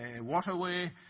Waterway